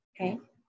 Okay